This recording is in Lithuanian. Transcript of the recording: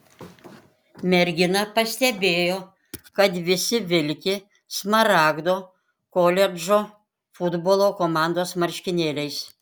mergina pastebėjo kad visi vilki smaragdo koledžo futbolo komandos marškinėliais